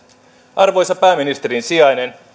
arvoisa pääministerin sijainen